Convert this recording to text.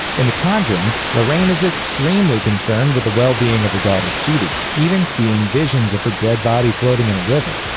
in the conjuring, lorraine is extremely concerned with the well-being of her daughter judy, even seeing visions of her dead body floating in a river.